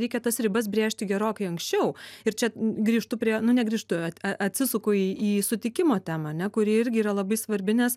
reikia tas ribas brėžti gerokai anksčiau ir čia grįžtu prie nu negrįžtu atsisuku į į sutikimo temą ne kuri irgi yra labai svarbi nes